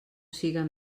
siga